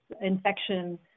infection